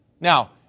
Now